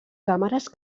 càmeres